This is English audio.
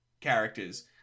characters